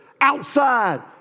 Outside